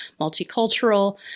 multicultural